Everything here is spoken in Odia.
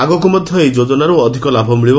ଆଗକୁ ମଧ୍ୟ ଏହି ଯୋଜନାରେ ଅଧିକ ଲାଭ ମିଳିବ